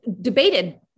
debated